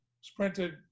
sprinted